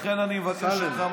לכן אני מבקש ממך,